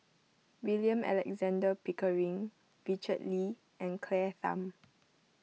William Alexander Pickering Richard Lee and Claire Tham